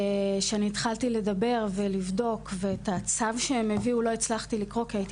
וכשהתחלתי לדבר ולבדוק ואת הצו שהם הביאו לא הצלחתי לקרוא כי הייתי